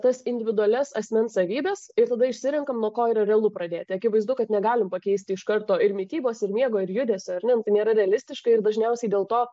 tas individualias asmens savybes ir tada išsirenkam nuo ko yra realu pradėti akivaizdu kad negalim pakeisti iš karto ir mitybos ir miego ir judesio ar ne nu tai nėra realistiška ir dažniausiai dėl to